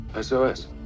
SOS